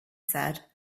said